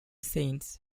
saints